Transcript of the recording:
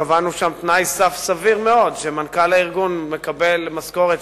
קבענו שם תנאי סף סביר מאוד שמנכ"ל הארגון מקבל משכורת